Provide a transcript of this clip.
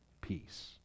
peace